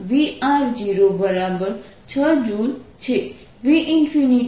0 J છે